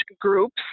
groups